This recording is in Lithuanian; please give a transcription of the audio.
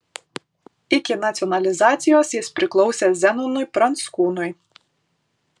iki nacionalizacijos jis priklausė zenonui pranckūnui